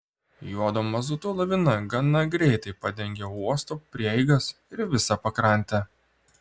juodo mazuto lavina gana greitai padengė uosto prieigas ir visą pakrantę